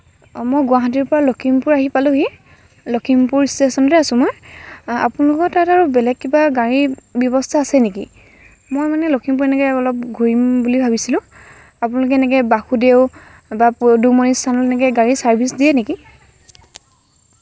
মই গুৱাহাটীৰ পৰা লক্ষীমপুৰ আহি পালোহি লক্ষিমপুৰ ষ্টেচনতে আছোঁ মই আপোনালোকৰ তাত আৰু বেলেগ কিবা গাড়ীৰ ব্যৱস্থা আছে নেকি মই মানে লক্ষীমপুৰ এনেকে অলপ ঘূৰিম বুলি ভাবিছিলোঁ আপোনালোকে এনেকে বাসুদেও বা পদুমণি স্থান এনেকে গাড়ী চাৰ্ভিছ দিয়ে নেকি